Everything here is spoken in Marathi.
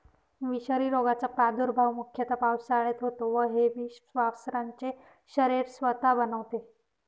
विषारी रोगाचा प्रादुर्भाव मुख्यतः पावसाळ्यात होतो व हे विष वासरांचे शरीर स्वतः बनवते